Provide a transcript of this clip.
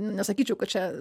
nesakyčiau kad čia